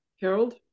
Harold